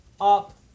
up